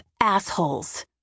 assholes